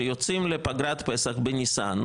שיוצאים לפגרת פסח בניסן,